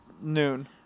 Noon